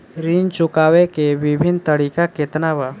ऋण चुकावे के विभिन्न तरीका केतना बा?